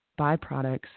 byproducts